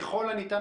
ככל הניתן,